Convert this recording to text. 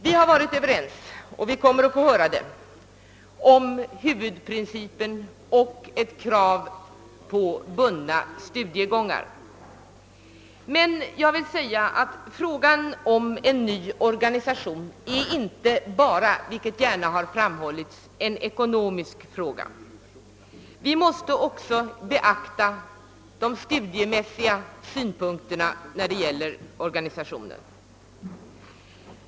Vi har varit överens i utskottet — vilket vi nog kommer att få höra — om huvudprincipen och kravet på bundna studiegångar. Men frågan om en ny organisation är inte enbart — vilket gärna framhållits — ett ekonomiskt problem. Vi måste också beakta de studiemässiga synpunkterna.